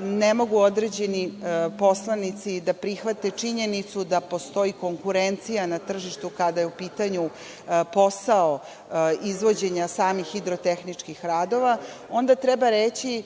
ne mogu određeni poslanici da prihvate činjenicu da postoji konkurencija na tržištu, kada je u pitanju posao izvođenja samih hidrotehničkih radova, onda treba reći